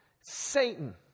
Satan